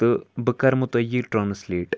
تہٕ بہٕ کَرٕمو تۄہہِ یہِ ٹرٛانسلیٹ